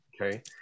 Okay